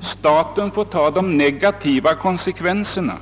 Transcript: staten får ta de negativa konsekvenserna.